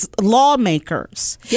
lawmakers